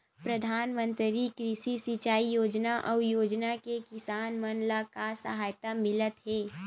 प्रधान मंतरी कृषि सिंचाई योजना अउ योजना से किसान मन ला का सहायता मिलत हे?